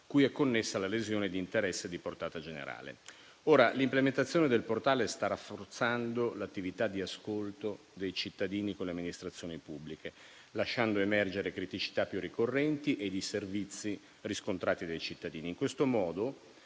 cui è connessa la lesione di interesse di portata generale. L'implementazione del portale sta rafforzando l'attività di ascolto dei cittadini con le amministrazioni pubbliche, lasciando emergere criticità più ricorrenti di servizi riscontrati dei cittadini. In questo modo,